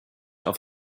auf